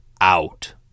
out